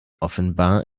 offenbar